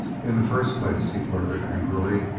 in the first place, he blurted angrily,